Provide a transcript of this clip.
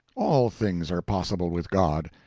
all things are possible with god.